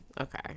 okay